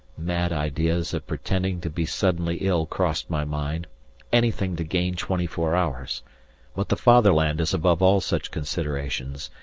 mad ideas of pretending to be suddenly ill crossed my mind anything to gain twenty-four hours but the fatherland is above all such considerations,